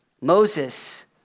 Moses